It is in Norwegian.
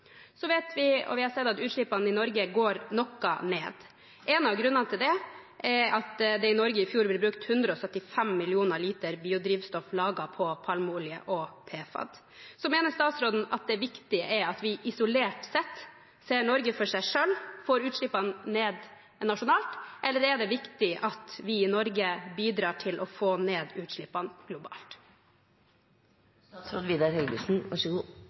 Så vet vi at utslippene i Norge går noe ned. En av grunnene til det er at det i Norge i fjor ble brukt 175 millioner liter biodrivstoff laget på palmeolje og PFAD. Mener statsråden at det viktige er at vi ser det isolert sett, ser Norge for seg selv og får utslippene ned nasjonalt, eller er det viktig at vi i Norge bidrar til å få ned utslippene globalt? Det er ikke nytt for meg at biodrivstoff som er omsatt i Norge og Europa så